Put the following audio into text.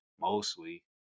mostly